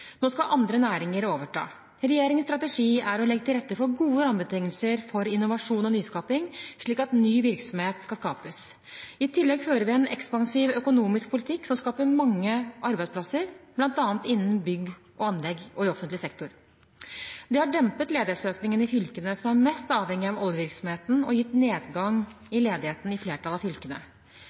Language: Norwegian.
Nå skal andre næringer overta. Regjeringens strategi er å legge til rette for gode rammebetingelser for innovasjon og nyskaping, slik at ny virksomhet skal skapes. I tillegg fører vi en ekspansiv økonomisk politikk som skaper mange arbeidsplasser, bl.a. innen bygg og anlegg og i offentlig sektor. Det har dempet ledighetsøkningen i fylkene som er mest avhengige av oljevirksomheten, og gitt nedgang i ledigheten i flertallet av fylkene.